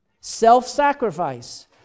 Self-sacrifice